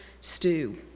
stew